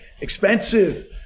expensive